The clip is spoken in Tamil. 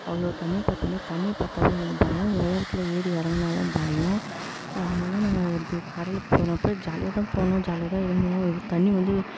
அவ்வளோ தண்ணியை பாத்தோடனே தண்ணியை பார்த்தாலும் எனக்கு பயம் உயரத்தில் ஏறி இறங்குனாலும் பயம் அதனால நாங்கள் போய் கடலுக்கு போனப்போ ஜாலியாகதான் போனோம் ஜாலியாகதான் இருந்தோம் இது தண்ணி வந்து